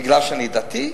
בגלל שאני דתי?